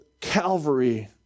Calvary